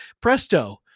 Presto